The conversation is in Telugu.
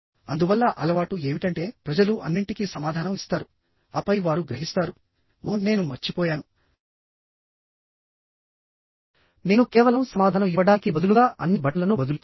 అందువల్ల అలవాటు ఏమిటంటే ప్రజలు అన్నింటికీ సమాధానం ఇస్తారు ఆపై వారు గ్రహిస్తారు ఓహ్ నేను మర్చిపోయాను నేను కేవలం సమాధానం ఇవ్వడానికి బదులుగా అన్ని బటన్లను బదులిచ్చాను